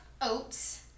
oats